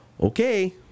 Okay